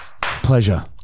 Pleasure